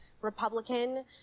Republican